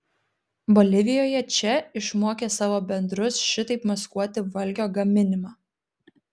bolivijoje če išmokė savo bendrus šitaip maskuoti valgio gaminimą